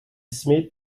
smeet